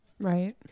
Right